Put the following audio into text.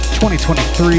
2023